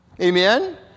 Amen